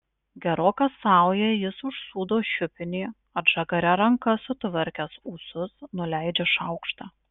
geroka sauja jis užsūdo šiupinį atžagaria ranka sutvarkęs ūsus nuleidžia šaukštą